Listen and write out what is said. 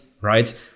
right